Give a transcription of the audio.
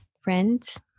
friends